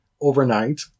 overnight